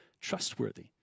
trustworthy